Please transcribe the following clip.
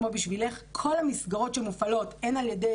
כמו בשבילך כל המסגרות שמופעלות הן על ידי